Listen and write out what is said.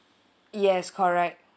yes correct